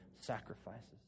sacrifices